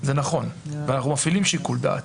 זה נכון, ואנחנו מפעילים שיקול דעת.